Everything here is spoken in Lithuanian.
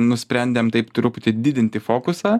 nusprendėm taip truputį didinti fokusą